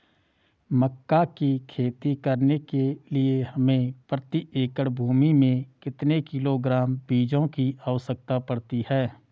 मक्का की खेती करने के लिए हमें प्रति एकड़ भूमि में कितने किलोग्राम बीजों की आवश्यकता पड़ती है?